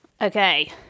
Okay